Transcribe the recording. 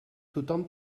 tothom